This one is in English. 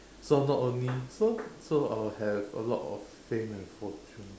so not only so so I'll have a lot of fame and fortune